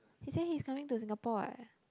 he said he's coming to Singapore what